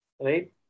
right